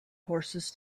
horses